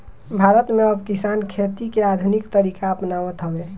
भारत में अब किसान खेती के आधुनिक तरीका अपनावत हवे